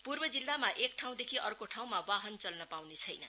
पूर्व जिल्लामा एक ठाउँदेखि अर्को ठाउँमा बाहन चल्न पाउने छैन